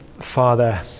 father